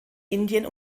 indien